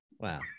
wow